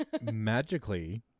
Magically